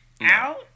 out